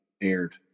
aired